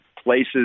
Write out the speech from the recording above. places